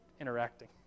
interacting